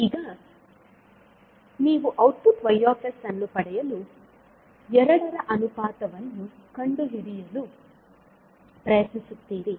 ಈಗ ನೀವು output Y ಅನ್ನು ಪಡೆಯಲು ಎರಡರ ಅನುಪಾತವನ್ನು ಕಂಡುಹಿಡಿಯಲು ಪ್ರಯತ್ನಿಸುತ್ತೀರಿ